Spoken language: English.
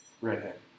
Redhead